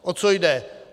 O co jde?